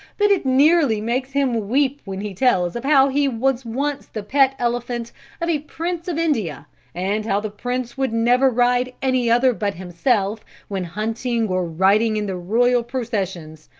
but it nearly makes him weep when he tells of how he was once the pet elephant of a prince of india and how the prince would never ride any other but himself when hunting or riding in the royal processions.